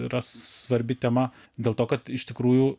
yra svarbi tema dėl to kad iš tikrųjų